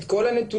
את כל הנתונים,